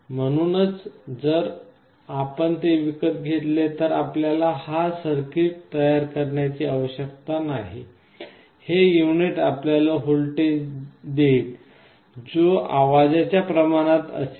म्हणूनच जर आपण ते विकत घेतले तर आपल्याला हा सर्किट तयार करण्याची आवश्यकता नाही हे युनिट आपल्याला व्होल्टेज देईल जो आवाजाच्या प्रमाणात असेल